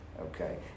okay